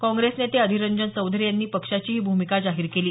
काँग्रेस नेते अधीर रंजन चौधरी यांनी पक्षाची ही भूमिका जाहीर केली